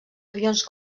avions